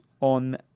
on